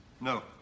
No